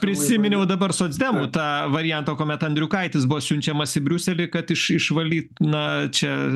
prisiminiau dabar socdemų tą variantą kuomet andriukaitis buvo siunčiamas į briuselį kad iš išvalyt na čia